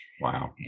Wow